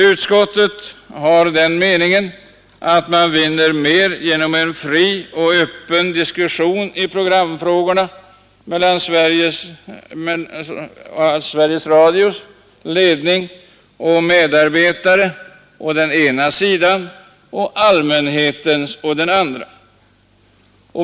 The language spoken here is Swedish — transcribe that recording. Utskottet har den meningen att man vinner mer genom en fri och öppen diskussion i programfrågorna mellan Sveriges Radios ledning och medarbetare å den ena sidan och allmänheten å den andra.